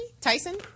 Tyson